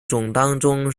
当中